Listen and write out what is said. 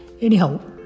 Anyhow